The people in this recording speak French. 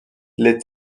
les